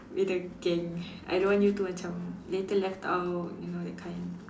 with the gang I don't want you to macam later left out you know that kind